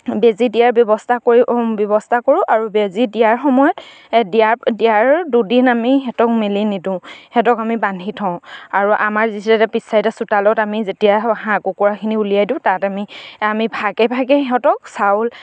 বেজী দিয়াৰ ব্যৱস্থা কৰি ব্যৱস্থা কৰোঁ আৰু বেজী দিয়াৰ সময়ত দুদিন আমি সিহঁতক মেলি নিদিওঁ সিহঁতক আমি বান্ধি থওঁ আৰু আমাৰ যিটো এটা পিছ ছাইডৰ চোতালত আমি যেতিয়া হাঁহ কুকুৰাখিনি উলিয়াই দিওঁ তাত আমি ভাগে ভাগে সিহঁতক চাউল